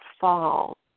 fall